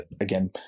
again